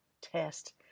test